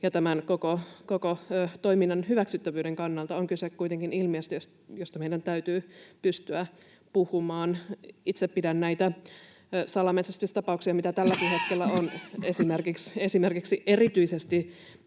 tämän koko toiminnan hyväksyttävyyden kannalta on kyse kuitenkin ilmiöstä, josta meidän täytyy pystyä puhumaan. Itse pidän näitä salametsästystapauksia, mitä tälläkin hetkellä on, esimerkiksi erityisesti